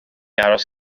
aros